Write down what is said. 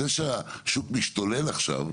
זה שהשוק משתולל עכשיו,